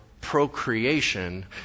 procreation